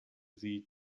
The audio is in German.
sie